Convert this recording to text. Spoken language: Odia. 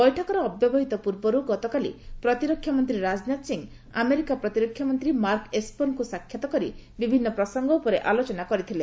ବୈଠକର ଅବ୍ୟବହିତ ପୂର୍ବର୍ ଗତକାଲି ପ୍ରତିରକ୍ଷା ମନ୍ତ୍ରୀ ରାଜନାଥ ସିଂହ ଆମେରିକା ପ୍ରତିରକ୍ଷା ମନ୍ତ୍ରୀ ମାର୍କ ଏସ୍ପର୍ଙ୍କୁ ସାକ୍ଷାତ କରି ବିଭିନ୍ନ ପ୍ରସଙ୍ଗ ଉପରେ ଆଲୋଚନା କରିଥିଲେ